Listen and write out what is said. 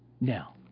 now